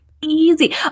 Easy